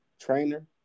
trainer